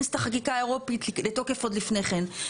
את החקיקה האירופית לתוקף עוד לפני כן.